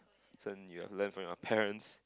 you have learn from your parents